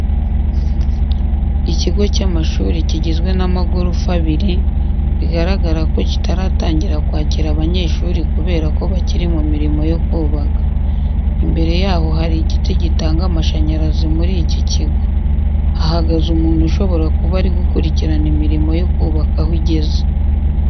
Ikigo cy'amashuri kigizwe n'amagorofa abiri, biragaragara ko kitaratangira kwakira abanyeshuri kubera ko bakiri mu mirimo yo kubaka. Imbere yaho hari igiti gitanga amashanyarazi muri iki kigo. Hahagaze umuntu ushobora kuba ari gukurikirana imirimo yo kubaka aho igeze.